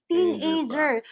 Teenager